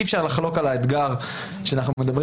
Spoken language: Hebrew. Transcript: אי אפשר לחלוק על האתגר שאנחנו מדברים